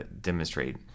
demonstrate